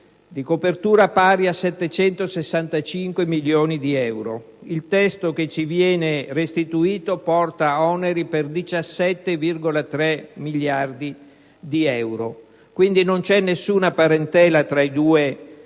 di copertura pari a 765 milioni di euro; il testo che ci viene restituito dalla Camera porta oneri per 17,3 miliardi di euro. Quindi, non c'è nessuna parentela tra i due